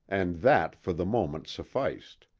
and that for the moment sufficed.